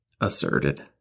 asserted